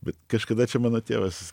bet kažkada čia mano tėvas